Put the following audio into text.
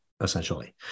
essentially